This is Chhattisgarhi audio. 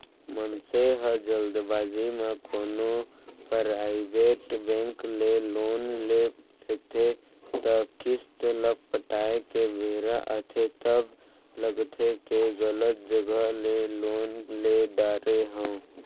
मनसे ह जल्दबाजी म कोनो पराइबेट बेंक ले लोन ले लेथे अउ किस्त ल पटाए के बेरा आथे तब लगथे के गलत जघा ले लोन ले डारे हँव